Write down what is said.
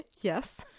Yes